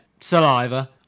Saliva